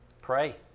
Pray